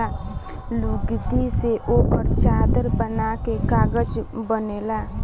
लुगदी से ओकर चादर बना के कागज बनेला